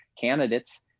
candidates